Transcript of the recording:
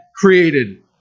created